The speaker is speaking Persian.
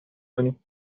کنیم